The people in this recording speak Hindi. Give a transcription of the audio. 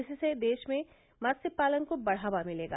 इससे देश में मत्स्य पालन को बढ़ावा मिलेगा